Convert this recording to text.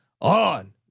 on